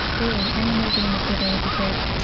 really, any movie in a theater would be great.